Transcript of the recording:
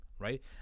Right